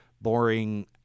boring